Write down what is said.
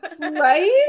Right